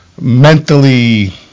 mentally